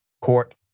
Court